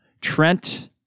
Trent